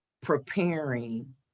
preparing